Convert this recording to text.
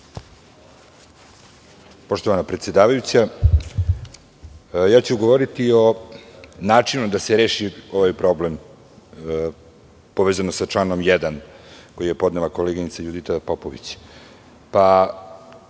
Poštovana predsedavajuća, govoriću o načinu da se reši ovaj problem, povezano sa članom 1. koji je podnela koleginica Judita Popović.